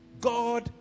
God